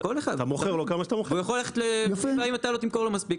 אם אתה לא תמכור לו מספיק,